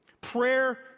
Prayer